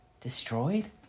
Destroyed